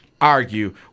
Argue